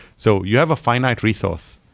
so you have a finite resources.